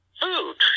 food